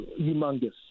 humongous